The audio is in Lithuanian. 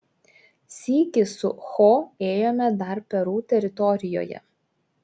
sykį su cho ėjome dar peru teritorijoje